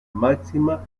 máxima